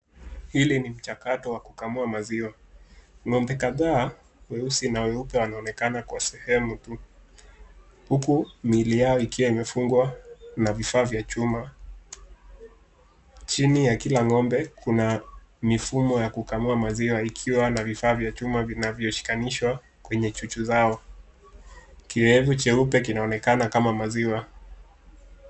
Hili mchakato wa kukamua maziwa. Ng'ombe kadhaa weusi na weupe wanaoekana sehemu hili huku miili yao ikiwa imefungwa na vifaa vya chuma. Chini kuna vifaa vya kukamua ikiwa na vifaa vya chuma ikiwa imeshikanishwa kwenye chuchu zao. Kiwevu jeupe kinaonekana kama maziwa